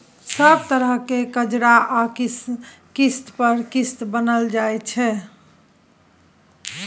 सब तरहक करजा आ किस्त पर किस्त बनाएल जाइ छै